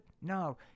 No